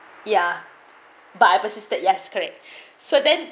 ya but I persisted yes correct so then